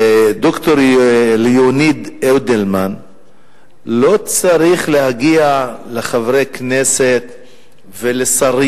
ד"ר ליאוניד אידלמן לא צריך להגיע לחברי כנסת ולשרים.